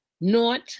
naught